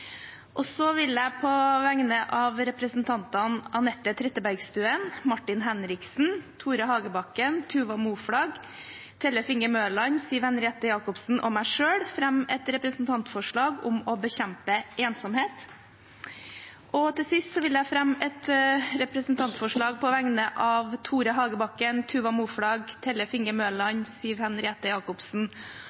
Så vil jeg på vegne av representantene Anette Trettebergstuen, Martin Henriksen, Tore Hagebakken, Tuva Moflag, Tellef Inge Mørland, Siv Henriette Jacobsen og meg selv fremme et representantforslag om å bekjempe ensomhet. Til sist vil jeg fremme et representantforslag på vegne av Tore Hagebakken, Tuva Moflag, Tellef Inge Mørland, Siv Henriette Jacobsen